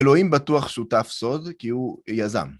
אלוהים בטוח שותף סוד כי הוא יזם.